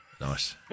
Nice